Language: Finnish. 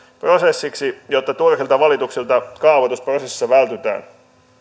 prosessiksi jotta turhilta valituksilta kaavoitusprosessissa vältytään